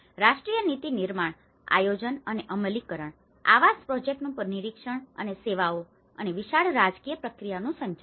રાષ્ટ્રીય નીતિ નિર્માણ આયોજન અને અમલીકરણ આવાસ પ્રોજેક્ટ્સનું નિરીક્ષણ અને સેવાઓ અને વિશાળ રાજકીય પ્રક્રિયાઓનું સંચાલન